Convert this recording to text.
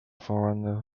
forerunners